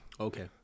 Okay